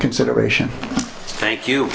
consideration thank you